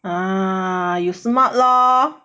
ah you smart lor